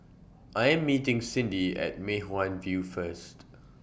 I Am meeting Cindy At Mei Hwan View First